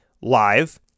Live